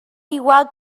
igual